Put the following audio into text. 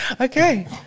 Okay